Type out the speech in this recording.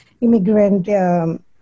immigrant